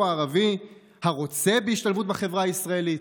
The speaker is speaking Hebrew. הערבי הרוצה בהשתלבות בחברה הישראלית,